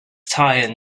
tian